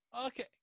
Okay